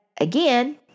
again